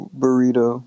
burrito